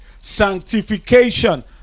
sanctification